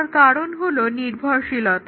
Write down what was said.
তার কারণ হলো নির্ভরশীলতা